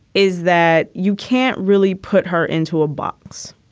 is that you can't really put her into a box.